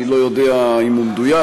אני לא יודע אם הוא מדויק,